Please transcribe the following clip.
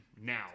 Now